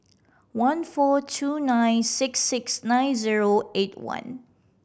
one four two nine six six nine zero eight one